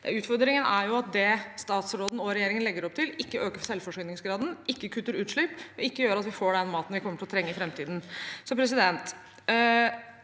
Utfordringen er at det statsråden og regjeringen legger opp til, ikke øker selvforsyningsgraden, ikke kutter utslipp og ikke gjør at vi får den maten vi kommer til å trenge i framtiden. En videre